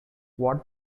what